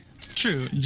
true